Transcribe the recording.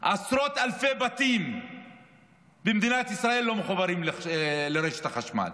עשרות אלפי בתים במדינת ישראל לא מחוברים לרשת החשמל.